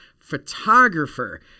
photographer